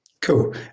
Cool